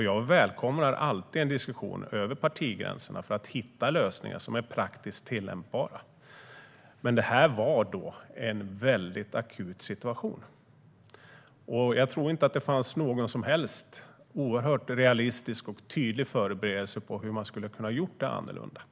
Jag välkomnar alltid en diskussion över partigränserna för att hitta lösningar som är praktiskt tillämpbara. Men det här var en mycket akut situation, och jag tror inte att det fanns någon som helst realistisk och tydlig förberedelse för hur man skulle kunna ha gjort det annorlunda.